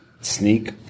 sneak